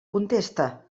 contesta